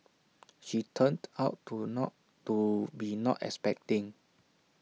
she turned out to not to be not expecting